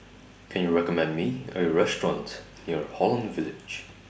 Can YOU recommend Me A Restaurant near Holland Village